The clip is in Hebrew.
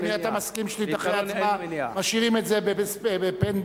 האם אתה מסכים שמשאירים את זה ב-pending?